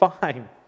fine